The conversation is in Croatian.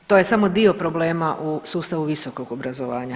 To je samo dio problema u sustavu visokog obrazovanja.